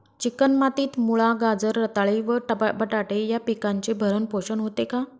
Chicken मातीत मुळा, गाजर, रताळी व बटाटे या पिकांचे भरण पोषण होते का?